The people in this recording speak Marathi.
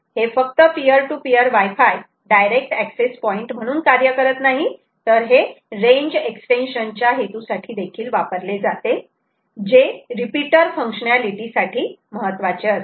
हे फक्त peer to peer wifi direct access point म्हणून कार्य करत नाही तर हे रेंज एक्सटेंशन च्या हेतूसाठी देखील वापरले जाते जे रिपीटर फंक्शनालिटी साठी महत्वाचे असते